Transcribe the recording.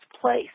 place